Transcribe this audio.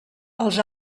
els